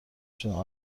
شدم